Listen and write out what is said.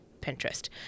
Pinterest